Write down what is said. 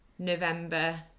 november